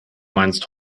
meinst